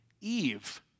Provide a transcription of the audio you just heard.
Eve